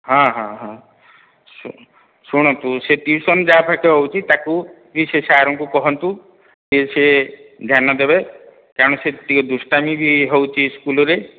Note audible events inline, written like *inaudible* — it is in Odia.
ହଁ ହଁ ହଁ *unintelligible* ଶୁଣନ୍ତୁ ସେ ଟ୍ୟୁସନ୍ ଯାହା ପାଖେ ହେଉଛି ତାକୁ କି ସେ ସାର୍ଙ୍କୁ କୁହନ୍ତୁ କି ସିଏ ଧ୍ୟାନ ଦେବେ କାରଣ ସେ ଟିକେ ଦୁଷ୍ଟାମୀ ବି ହେଉଛି ସ୍କୁଲରେ